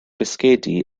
bisgedi